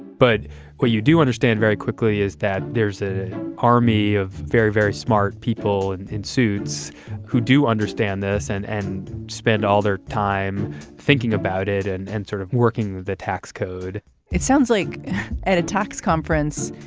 but what you do understand very quickly is that there's an army of very, very smart people and in suits who do understand this and and spend all their time thinking about it and and sort of working with the tax code it sounds like at a tax conference,